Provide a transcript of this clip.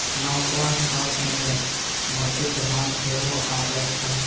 नवग्रह रत्नमे मोतीक नाम सेहो अबैत छै